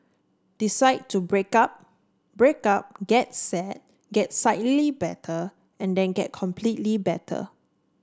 decide to break up break up get sad get slightly better and then get completely better